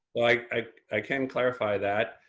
like i, i can clarify that.